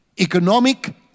Economic